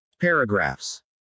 Paragraphs